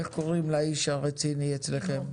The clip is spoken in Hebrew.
איך קוראים לאיש הרציני אצלכם?